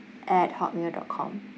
at hot mail dot com